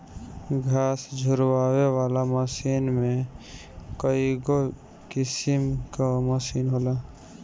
घास झुरवावे वाला मशीन में कईगो किसिम कअ मशीन होला